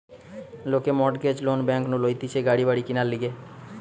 লোকে mortgage loan bank নু লইতেছে গাড়ি বাড়ি কিনার লিগে